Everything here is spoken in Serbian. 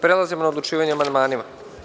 Prelazimo na odlučivanje o amandmanima.